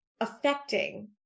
affecting